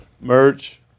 Merch